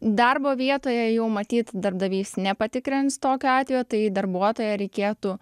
darbo vietoje jau matyt darbdavys nepatikrins tokio atvejo tai darbuotoją reikėtų